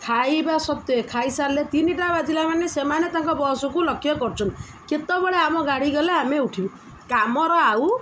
ଖାଇବା ସତ୍ୱେ ଖାଇସାରିଲେ ତିନିଟା ବାଜିଲା ମାନ ସେମାନେ ତାଙ୍କ ବସକୁ ଲକ୍ଷ୍ୟ କରୁଛନ୍ତି କେତେବେଳେ ଆମ ଗାଡ଼ି ଗଲେ ଆମେ ଉଠିଲୁ କାମର ଆଉ